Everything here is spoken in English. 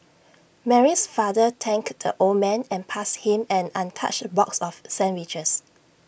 Mary's father thanked the old man and passed him an untouched box of sandwiches